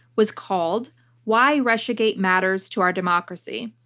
was called why russiagate matters to our democracy.